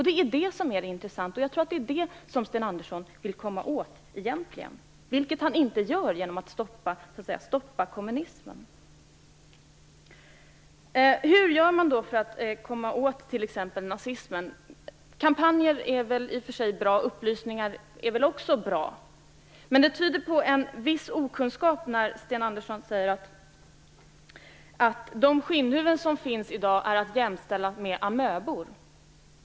Det är det som är det intressanta, och jag tror att det är det som Sten Andersson egentligen vill komma åt. Men det gör han inte genom att försöka stoppa kommunismen. Hur gör man då för att komma åt t.ex. nazismen? Kampanjer är väl i och för sig bra, och upplysning är väl också bra. Men det tyder på viss okunskap när Sten Andersson säger att de skinnhuvuden som finns i dag är att jämställa med amöbor.